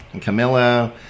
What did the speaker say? Camilla